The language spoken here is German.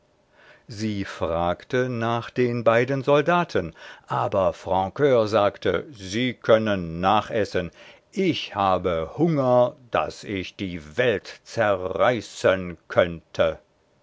sie fragte nach den beiden soldaten aber francur sagte sie können nachessen ich habe hunger daß ich die welt zerreißen könnte